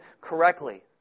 correctly